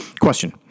Question